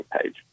page